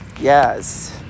yes